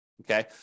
Okay